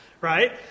right